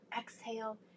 exhale